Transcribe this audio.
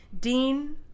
Dean